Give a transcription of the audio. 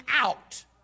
out